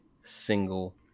single